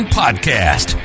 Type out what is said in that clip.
podcast